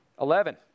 eleven